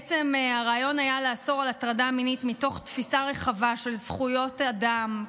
בעצם הרעיון היה לאסור הטרדה מינית מתוך תפיסה רחבה של זכויות האדם,